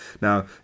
Now